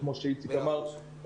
כמו שאיציק אמר,